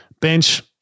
Bench